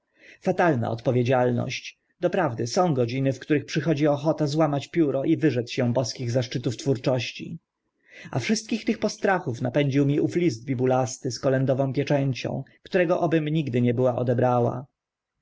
fatalna odpowiedzialność doprawdy są godziny w których przychodzi ochota złamać pióro i wyrzec się boskich zaszczytów twórczości a wszystkich tych postrachów napędził mi ów list bibulasty z kolędową pieczęcią którego obym nigdy nie była odebrała